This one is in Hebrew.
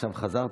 עכשיו חזרת?